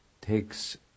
takes